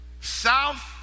south